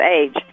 age